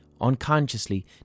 unconsciously